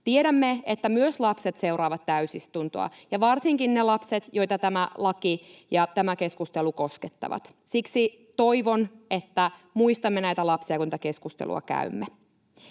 Tiedämme, että myös lapset seuraavat täysistuntoa ja varsinkin ne lapset, joita tämä laki ja tämä keskustelu koskettavat. Siksi toivon, että muistamme näitä lapsia, kun tätä keskustelua käymme.